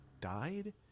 died